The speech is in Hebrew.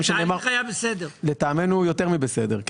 לטעמנו יותר מבסדר.